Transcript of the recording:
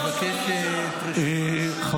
במשמרת שלך.